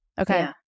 Okay